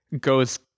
goes